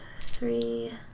three